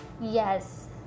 Yes